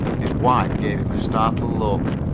his wife gave him a startled look.